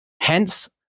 Hence